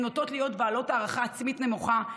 הן נוטות להיות בעלות הערכה עצמית נמוכה,